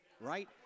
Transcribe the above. right